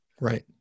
Right